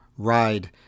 ride